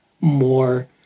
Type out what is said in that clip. more